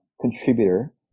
contributor